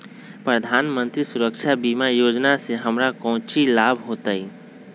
प्रधानमंत्री सुरक्षा बीमा योजना से हमरा कौचि लाभ होतय?